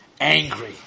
angry